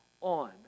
on